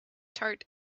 tart